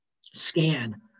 scan